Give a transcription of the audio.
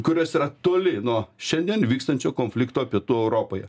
kurios yra toli nuo šiandien vykstančio konflikto pietų europoje